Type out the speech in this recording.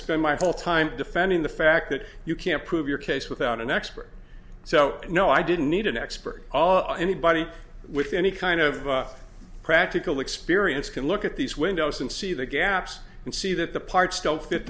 spend my whole time defending the fact that you can't prove your case without an expert so no i didn't need an expert all anybody with any kind of practical experience can look at these windows and see the gaps and see that the parts don't fit